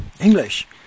English